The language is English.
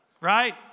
right